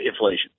inflation